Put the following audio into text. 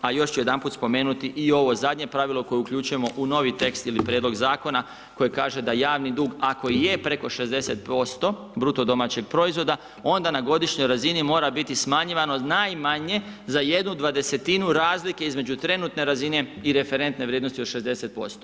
A još ću jedanput spomenuti i ovo zadnje pravilo koje uključujemo u novi tekst ili prijedlog zakona koji kaže da javni dug ako i je preko 60% BDP-a onda na godišnjoj razini mora biti smanjivano najmanje za jednu dvadesetinu razlike između trenutne razine i referentne vrijednosti od 60%